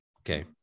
Okay